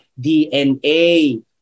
DNA